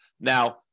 Now